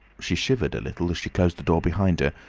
she shivered a little as she closed the door behind her,